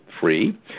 free